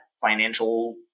financial